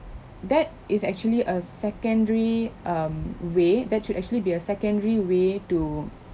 that is actually a secondary um way that should actually be a secondary way to